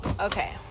okay